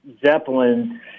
Zeppelin